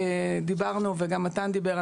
דיברנו וגם מתן דיבר,